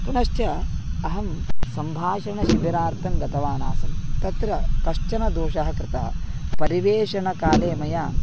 पुनश्च अहं सम्भाषणशिबिरार्थं गतवानासं तत्र कश्चन दोषः कृतः परिवेषणकाले मया